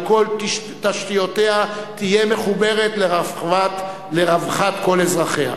על כל תשתיותיה, תהיה מחוברת, לרווחת כל אזרחיה.